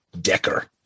Decker